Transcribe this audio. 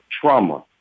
trauma